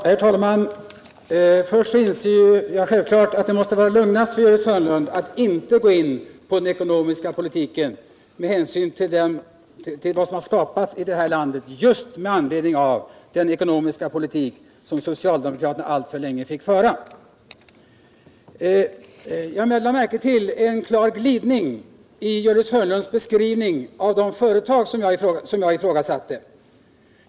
Herr talman! Först vill jag säga att jag självfallet inser att det måste vara lugnast för Gördis Hörnlund att inte gå in på den ekonomiska politiken med hänsyn till det läge som har skapats i landet just i anledning 131 av den ekonomiska politik som socialdemokraterna alltför länge har fått föra. Jag lade märke till en klar glidning i Gördis Hörnlunds beskrivning av de företag som jag ifrågasatte.